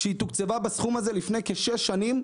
שהיא תוקצבה בסכום הזה לפני כשש שנים.